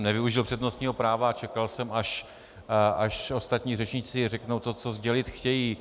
Nevyužil jsem přednostního práva, čekal jsem, až ostatní řečníci řeknou to, co sdělit chtějí.